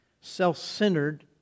self-centered